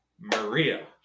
Maria